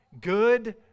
Good